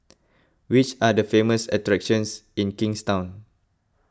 which are the famous attractions in Kingstown